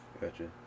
Gotcha